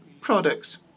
products